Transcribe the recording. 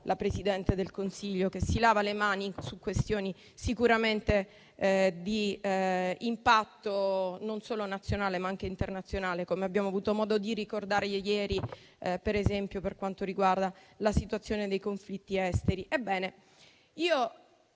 la Presidente del Consiglio, che si lava le mani su questioni sicuramente di impatto non solo nazionale, ma anche internazionale, come abbiamo avuto modo di ricordare ieri, per esempio, per quanto riguarda la situazione dei conflitti esteri.